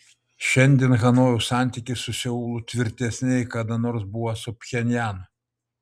šiandien hanojaus santykiai su seulu tvirtesni nei kada nors buvo su pchenjanu